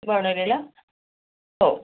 बनवलेला हो